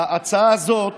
ההצעה הזאת